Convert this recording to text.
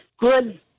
good